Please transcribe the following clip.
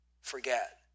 forget